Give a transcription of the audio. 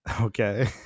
okay